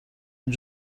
این